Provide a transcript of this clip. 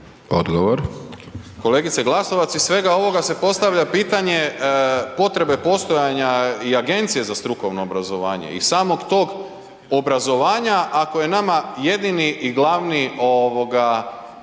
(SDP)** Kolegice Glasovac, iz svega ovoga se postavlja pitanje potrebe postojanja i Agencije za strukovno obrazovanje i samog tog obrazovanja ako je nama jedini i glavni,